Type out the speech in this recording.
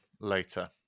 later